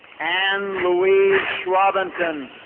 ann louise shrobbinton.